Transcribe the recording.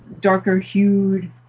darker-hued